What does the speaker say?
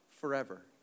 forever